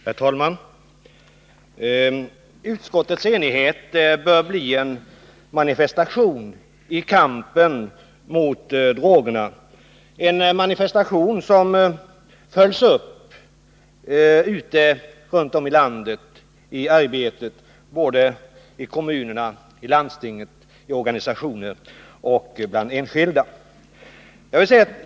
Herr talman! Utskottets enighet bör bli en manifestation i kampen mot drogerna, en manifestation som följs upp runt om i landet, i arbetet i kommunerna, i landstingen, i organisationer och bland enskilda.